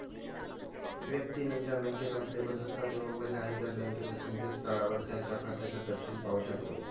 व्यक्तीने ज्या बँकेत आपले बचत खाते उघडले आहे त्या बँकेच्या संकेतस्थळावर त्याच्या खात्याचा तपशिल पाहू शकतो